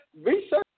research